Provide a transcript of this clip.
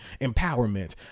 empowerment